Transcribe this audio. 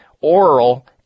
oral